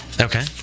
Okay